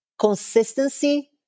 consistency